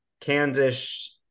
Kansas